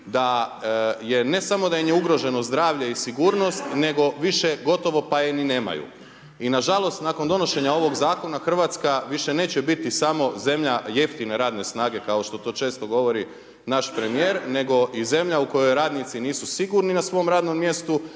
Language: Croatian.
da ne samo da im je ugroženo zdravlje i sigurnost, nego više gotovo pa je ni nemaju. I nažalost nakon donošenja ovog zakona, Hrvatska više neće biti samo zemlja jeftine radne snage kao što to često govori naš premijer nego i zemlja u kojoj radnici nisu sigurni na svom radnom mjestu